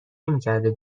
نمیکرده